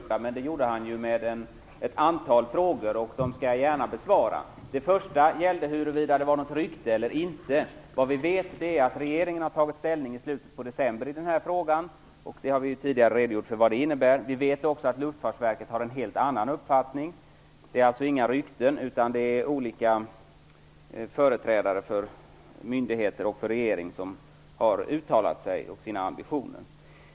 Fru talman! Jag trodde inte att skatteutskottet värderade ordförande skulle dra i gång en ny replikrunda. Men det gjorde han genom att ställa ett antal frågor. Dem skall jag gärna besvara. Den första gällde huruvida det handlade om något rykte eller inte. Vi vet att regeringen tog ställning i slutet av december i den här frågan. Vi har tidigare redogjort för vad det innebär. Vi vet också att Luftfartsverket har en helt annan uppfattning. Det är alltså inte fråga om några rykten. Olika företrädare för myndigheter och regeringen har uttalat sig om sina ambitioner.